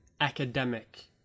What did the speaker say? academic